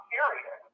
Period